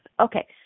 Okay